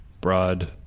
broad